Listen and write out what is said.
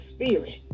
spirit